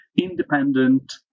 independent